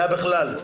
זה הבכלל.